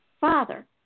father